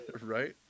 Right